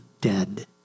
dead